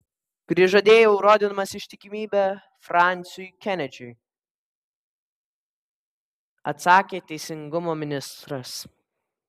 prižadėjau rodydamas ištikimybę fransiui kenedžiui atsakė teisingumo ministras